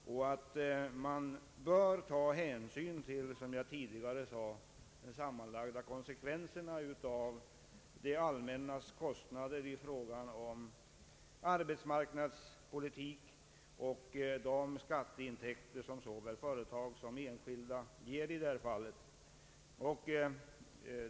Som jag tidigare sade, bör man ta hänsyn till konsekvenserna i form av det allmännas sammanlagda kostnader för arbetsmarknadspolitiska åtgärder och de skatteintäkter som såväl företag som enskilda kan ge.